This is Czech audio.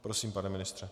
Prosím, pane ministře.